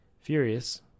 Furious